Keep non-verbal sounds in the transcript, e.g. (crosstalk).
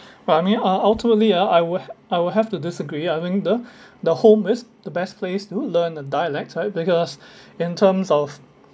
but I mean uh ultimately ah I would I will have to disagree I think the (breath) the home is the best place to learn a dialect right because (breath) in terms of